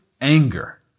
anger